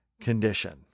condition